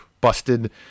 busted